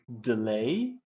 delay